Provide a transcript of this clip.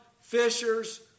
fishers